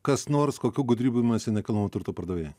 kas nors kokių gudrybių imasi nekilnojamo turto pardavėjai